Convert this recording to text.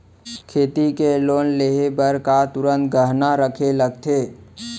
खेती के लोन लेहे बर का तुरंत गहना रखे लगथे?